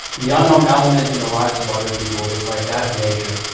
the unknown element in the lives of other people is like that of nature,